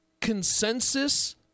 consensus